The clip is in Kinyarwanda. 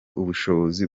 ubushobozi